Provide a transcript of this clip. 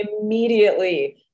immediately